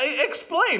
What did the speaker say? explain